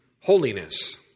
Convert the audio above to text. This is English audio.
holiness